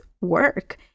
work